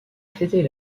c’était